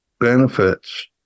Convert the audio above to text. benefits